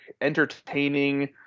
entertaining